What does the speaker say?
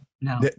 no